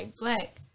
black